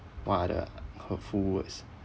what are the hurtful words